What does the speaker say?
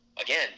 again